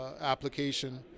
application